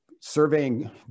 surveying